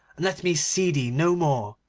and let me see thee no more